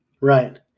Right